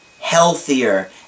healthier